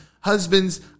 husbands